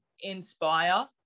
inspire